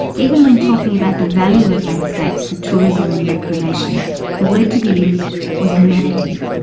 even when talking about the value of landscapes for tourism and recreation the word to be used was amenity.